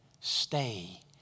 stay